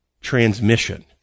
transmission